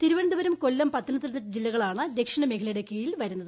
തിരുവനന്തപുരം കൊല്ലം പത്തനംതിട്ട ജില്ലകളാണ് ദക്ഷിണമേഖലയുടെ കീഴിൽ വരുന്നത്